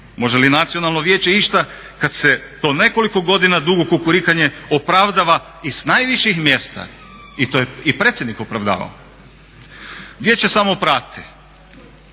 može li Nacionalno vijeće išta kad se to nekoliko godina dugo kukurikanje opravdava i s najviših mjesta i to je i predsjednik opravdavao. Vijeće samo prati,